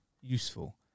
useful